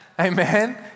Amen